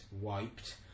wiped